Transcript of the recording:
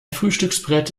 frühstücksbrett